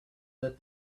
that